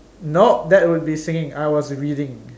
no that would be singing I was reading